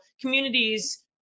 communities